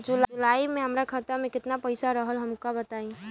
जुलाई में हमरा खाता में केतना पईसा रहल हमका बताई?